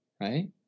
right